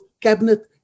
cabinet